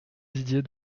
didier